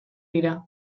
dira